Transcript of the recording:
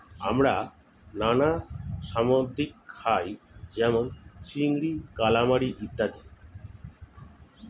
আমরা নানা সামুদ্রিক খাই যেমন চিংড়ি, কালামারী ইত্যাদি